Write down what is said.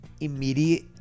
immediate